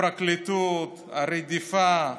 הפרקליטות, הרדיפה.